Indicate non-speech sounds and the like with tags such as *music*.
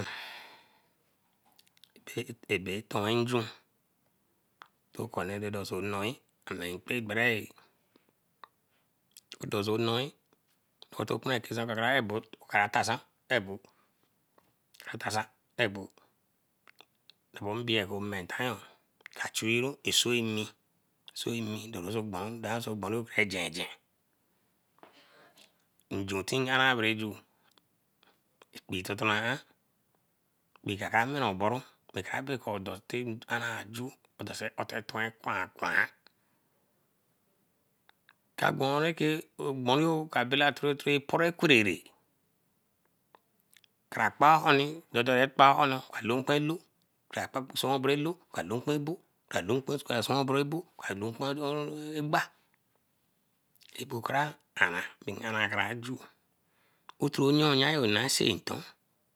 Abe toon nju, teh do so noor do so noor kra abo ah ta san ebo, ta san to bo mbie bey mentayoor ka chuey a soi mi doroson bonru, gboronbe gengen. Njotinarah beh ju ekpee toh toh na ah. Kpee kra neeroboru kra bah kor kparan aju twen twen kpan kpar ka gbanreke ka bera kere kere poroo kwere kra kpa kpa oonii dodo ra kpa ooni ka lumkpa ka lumkpa ebu *unintelligible*